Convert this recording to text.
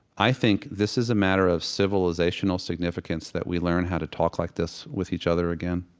i think this is a matter of civilizational significance that we learn how to talk like this with each other again.